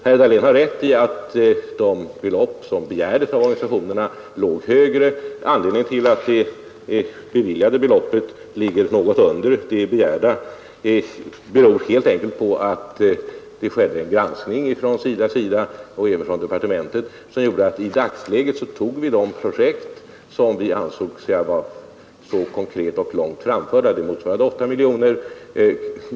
Han har rätt i att det belopp som begärdes av organisationerna låg högre. Anledningen till att det beviljade beloppet ligger något under det begärda är helt enkelt att SIDA och även departementet gjorde en granskning, som ledde till att vi i dagsläget tog de projekt som vi ansåg var konkreta och långt framförda, och de motsvarade 8 miljoner.